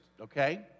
okay